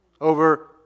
over